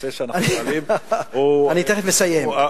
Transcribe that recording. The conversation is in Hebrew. הנושא שאנחנו מעלים הוא, אני תיכף מסיים.